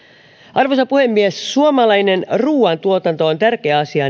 arvoisa puhemies suomalainen ruuantuotanto on tärkeä asia